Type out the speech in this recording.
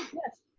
yes.